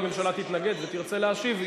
אם הממשלה תתנגד ותרצה להשיב,